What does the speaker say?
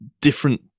different